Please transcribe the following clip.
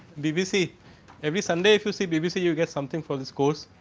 bbc every sunday if you see bbc you get something for this course.